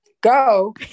go